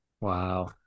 Wow